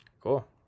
Cool